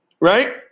right